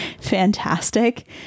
fantastic